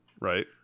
right